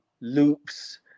loops